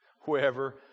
wherever